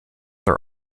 are